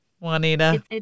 Juanita